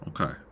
Okay